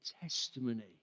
testimony